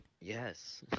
Yes